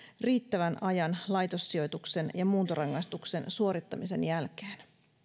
riittävän ajan laitossijoituksen ja muuntorangaistuksen suorittamisen jälkeen